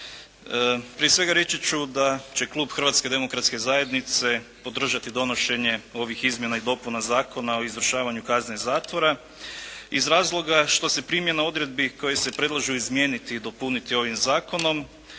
Prije svega reći ću da će klub Hrvatske demokratske zajednice podržati donošenje ovih izmjena i dopuna Zakona o izvršavanju kazne zatvora iz razloga što se primjena odredbi koje se predlažu izmijeniti i dopuniti ovim zakonom